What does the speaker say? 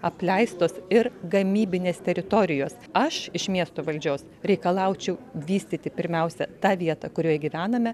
apleistos ir gamybinės teritorijos aš iš miesto valdžios reikalaučiau vystyti pirmiausia tą vietą kurioje gyvename